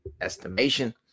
estimation